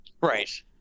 Right